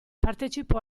partecipò